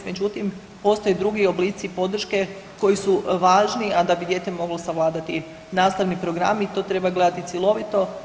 Međutim, postoje drugi oblici podrške koji su važni, a da bi dijete moglo savladati nastavni program i to treba gledati cjelovito.